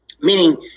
Meaning